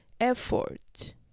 effort